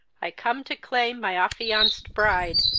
i come to claim my affianced bride,